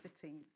sitting